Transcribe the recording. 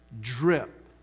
drip